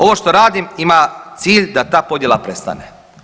Ovo što radim ima cilj da ta podjela prestane.